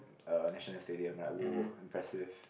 uh National Stadium like !woah! impressive